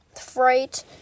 fright